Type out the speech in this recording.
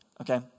Okay